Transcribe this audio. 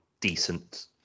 decent